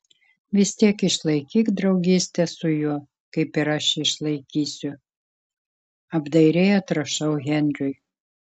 vis tiek išlaikyk draugystę su juo kaip ir aš išlaikysiu apdairiai atrašau henriui